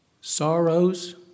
sorrows